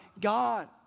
God